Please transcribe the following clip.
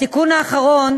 התיקון האחרון